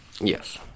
Yes